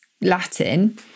latin